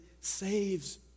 saves